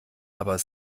aber